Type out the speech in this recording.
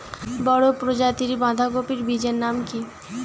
বড় প্রজাতীর বাঁধাকপির বীজের নাম কি?